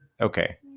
okay